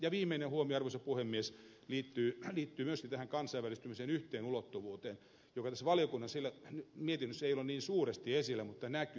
viimeinen huomio arvoisa puhemies liittyy myöskin kansainvälistymisen yhteen ulottuvuuteen joka tässä valiokunnan mietinnössä ei ole niin suuresti esillä mutta näkyy